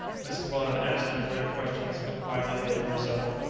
mrs. weldon asked no further questions, but quietly waited the result.